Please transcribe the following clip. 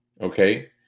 okay